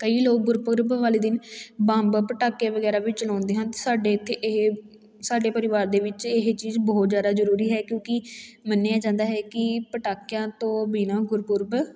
ਕਈ ਲੋਕ ਗੁਰਪੁਰਬ ਵਾਲੇ ਦਿਨ ਬੰਬ ਪਟਾਕੇ ਵਗੈਰਾ ਵੀ ਚਲਾਉਂਦੇ ਹਨ ਸਾਡੇ ਇੱਥੇ ਇਹ ਸਾਡੇ ਪਰਿਵਾਰ ਦੇ ਵਿੱਚ ਇਹ ਚੀਜ਼ ਬਹੁਤ ਜ਼ਿਆਦਾ ਜ਼ਰੂਰੀ ਹੈ ਕਿਉਂਕਿ ਮੰਨਿਆ ਜਾਂਦਾ ਹੈ ਕਿ ਪਟਾਕਿਆਂ ਤੋਂ ਬਿਨਾਂ ਗੁਰਪੁਰਬ